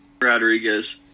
Rodriguez